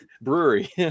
Brewery